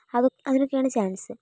അതിനൊക്കെയാണ് chance